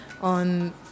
on